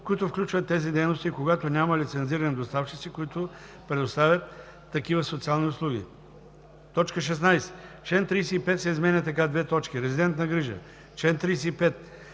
които включват тези дейности и когато няма лицензирани доставчици, които предоставят такива социални услуги.“ 16. Член 35 се изменя така: „Резидентна грижа Чл. 35.